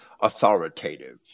authoritative